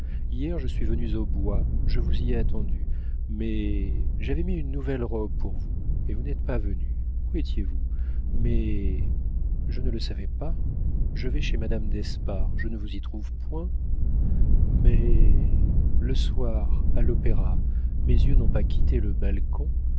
hier je suis venue au bois je vous y ai attendu mais j'avais mis une nouvelle robe pour vous et vous n'êtes pas venu où étiez-vous mais je ne le savais pas je vais chez madame d'espard je ne vous y trouve point mais le soir à l'opéra mes yeux n'ont pas quitté le balcon